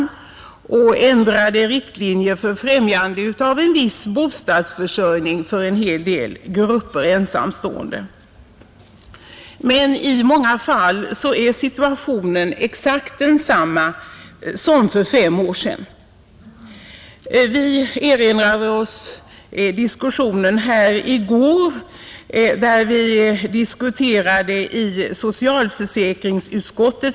Vi har också fått ändrade riktlinjer för främjande av viss bostadsförsörjning för en hel del grupper ensamstående, Men i många fall är situationen exakt densamma som för fem år sedan. Vi erinrar oss att vi i går diskuterade två problem för ensamstående.